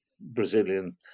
Brazilian